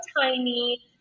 tiny